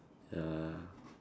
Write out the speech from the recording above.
ya